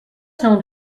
known